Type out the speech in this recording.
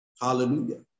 Hallelujah